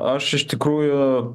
aš iš tikrųjų